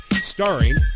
starring